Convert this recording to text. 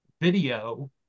video